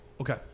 Okay